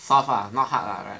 soft ah not hard ah right